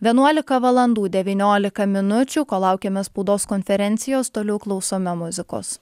vienuolika valandų devyniolika minučių kol laukiame spaudos konferencijos toliau klausome muzikos